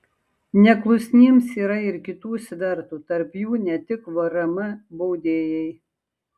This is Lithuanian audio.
neklusniems yra ir kitų svertų tarp jų ne tik vrm baudėjai